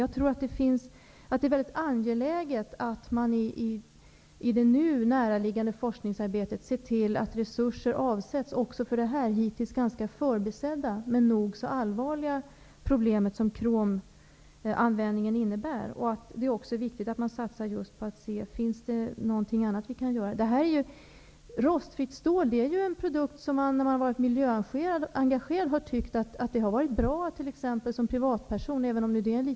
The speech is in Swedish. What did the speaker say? Jag tror att det är angeläget att man i det nu näraliggande forskningsarbetet ser till att resurser avsätts också för det hittills ganska förbisedda men nog så allvarliga problem som kromanvändningen innebär. Det är också viktigt att man satser på att se om det finns något annat som vi kan göra. Rostfritt stål är ju en produkt som man som miljöengagerad privatperson har tyckt har varit bra, även om det är en liten användning.